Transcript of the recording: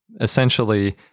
Essentially